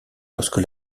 lorsque